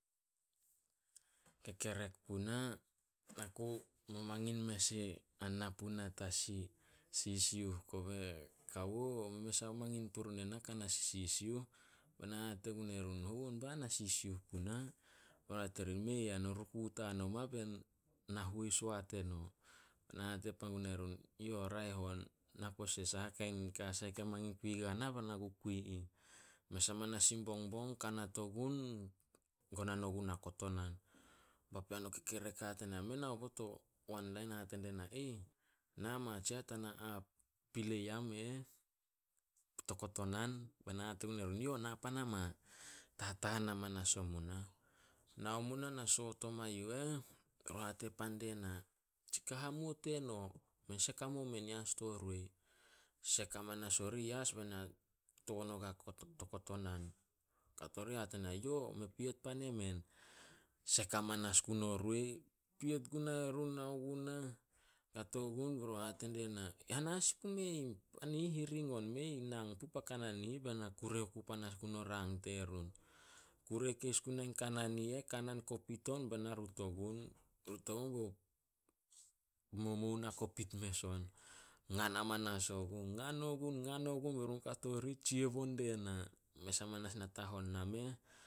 Kekerek puna, na ku mamangin mes ana puna tasi, sisiuh. Kobe kawo mei mes a mangin purun ena ka na sisisiuh. Be na hate gun erun, "Hou on bah na sisiuh puna?" Ba hate orih, "Mei ah no ruku tan oma bei nahuo i soat eno." Be na hate pan gun erun, "Yo raeh on. Na pose saha kain ka sai ke mangin kui gua na bae na ku kui ih." Mes amanas in bongbong kanat ogun, gonan ogunah kotonan. Papean o kekerek hate die na, men aobot o wan lain, hate die na. "Nama tsiah tana pilei am to kotonan." Bae na hate gun erun, "Yo na pan ama." Tataan hamanas omu nah, nao mu nah na soot oma yu eh. Be run hate pan die na, "Tsika hamuo teno, men sek hamuo men yas to roi." Sek hamanas orih yas be na ton ogua to kotonan. Kato rih hate die na, "Yo, me piet pan emen." Sek amanas gun o roi. Piet gunae run, nao gunah. Be run hate die na, "Hana sin pume ih. Pan i ih hiring on mei nang puh pa kanan i ih." Bae na kure oku panas gun o rang terun. Kure keis gunae kanan i eh, kanan kopit on bae na rut ogun. Rut ogun bao, momou na kopit mes on. Ngan amanas ogun. Ngan ogun- ngan ogun, be run kato rih tsia bo die na. Mes hamanas natahon nameh